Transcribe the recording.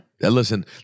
Listen